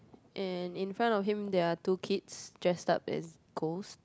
and in front of him there are two kids dressed up as ghosts